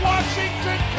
Washington